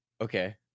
Okay